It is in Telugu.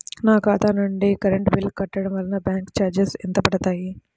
నా ఖాతా నుండి కరెంట్ బిల్ కట్టడం వలన బ్యాంకు చార్జెస్ ఎంత పడతాయా?